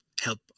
help